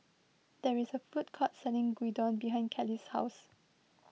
there is a food court selling Gyudon behind Kelly's house